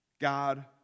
God